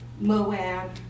Moab